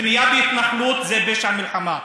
בנייה בהתנחלות זה פשע מלחמה.